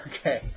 Okay